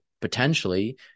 potentially